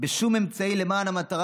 בשום אמצעי למען המטרה,